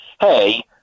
hey